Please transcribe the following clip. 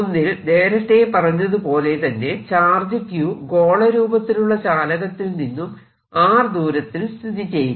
ഒന്നിൽ നേരത്ത പറഞ്ഞതുപോലെ തന്നെ ചാർജ് Q ഗോളരൂപത്തിലുള്ള ചാലകത്തിൽ നിന്നും R ദൂരത്തിൽ സ്ഥിതിചെയ്യുന്നു